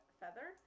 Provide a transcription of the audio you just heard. feather